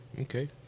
Okay